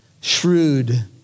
Shrewd